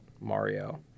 Mario